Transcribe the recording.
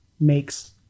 makes